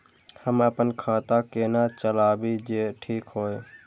हम अपन खाता केना चलाबी जे ठीक होय?